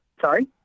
Sorry